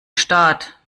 staat